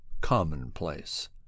commonplace